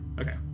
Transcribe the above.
okay